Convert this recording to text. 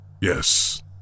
Yes